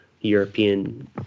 European